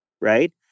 Right